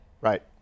Right